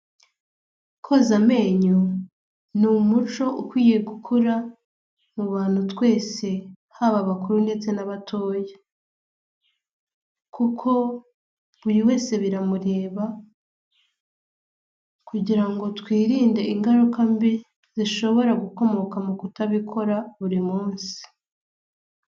Koza amenyo ni umuco ukwiye gukura mu bantu twese haba abakuru ndetse n'abatoya; kuko buri wese biramureba kugirango twirinde ingaruka mbi zishobora gukomoka mu kutabikora buri munsi.